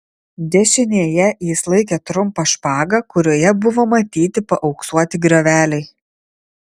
dešinėje jis laikė trumpą špagą kurioje buvo matyti paauksuoti grioveliai